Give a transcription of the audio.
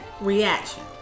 reaction